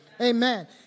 Amen